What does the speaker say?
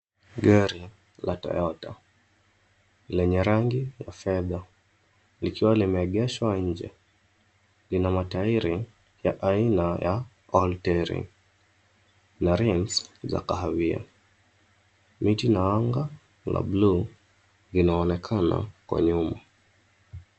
Gari la (cs)Toyota(cs) lenye rangi ya fedha likiwa limegeshwa inje lina matairi ya aina ya (cs)altering(cs) na (cs)rings(cs) za kahawia miti na anga la (cs)blue(cs) linaonekana kwa nyuma.